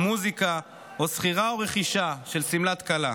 מוזיקה או שכירה או רכישה של שמלת כלה.